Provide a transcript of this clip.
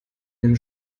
den